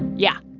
yeah.